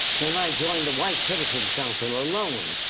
then i joined the white citizens council. alone.